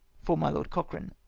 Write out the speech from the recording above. for my lord cocliraue.